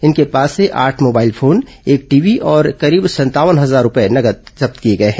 इनके पास से आठ मोबाइल फोन एक टीवी और करीब संतावन हजार रूपये नगद जब्त किए गए हैं